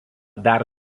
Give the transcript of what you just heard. dar